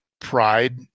pride